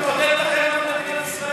חבר כנסת שמעודד את החרם על מדינת ישראל.